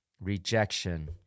rejection